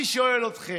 אני שואל אתכם,